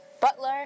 Butler